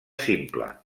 simple